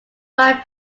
wife